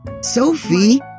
Sophie